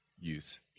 use